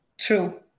true